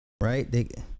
right